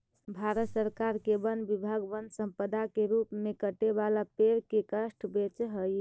भारत सरकार के वन विभाग वन्यसम्पदा के रूप में कटे वाला पेड़ के काष्ठ बेचऽ हई